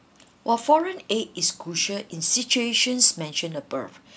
while foreign aid is crucial in situations mentioned above